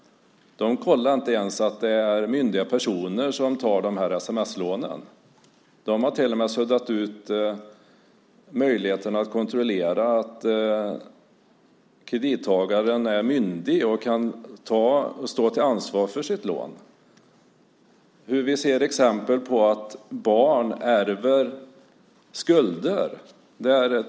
Man kollar inte ens att det är myndiga personer som tar de här sms-lånen. Man har till och med suddat ut möjligheten att kontrollera att kredittagaren är myndig och kan ta ansvar för sitt lån. Vi ser exempel på att barn ärver skulder.